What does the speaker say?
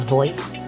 Voice